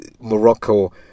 Morocco